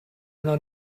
yno